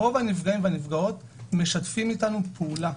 רוב הנפגעים והנפגעות משתפים איתנו פעולה.